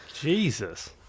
Jesus